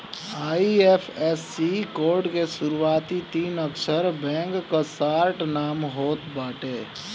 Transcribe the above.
IFSC code के शुरूआती तीन अक्षर बैंक कअ शार्ट नाम होत बाटे